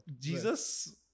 Jesus